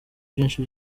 byinshi